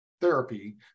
therapy